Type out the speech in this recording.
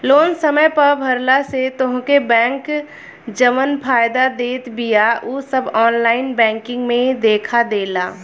loan समय पअ भरला से तोहके बैंक जवन फायदा देत बिया उ सब ऑनलाइन बैंकिंग में देखा देला